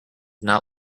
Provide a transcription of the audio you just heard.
not